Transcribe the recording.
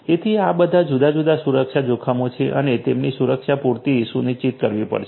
તેથી આ બધા જુદા જુદા સુરક્ષા જોખમો છે અને તેમની સુરક્ષા પૂરતી સુનિશ્ચિત કરવી પડશે